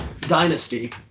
dynasty